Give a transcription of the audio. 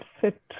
fit